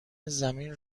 زمین